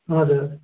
हजुर